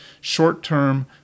short-term